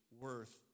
worth